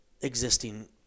existing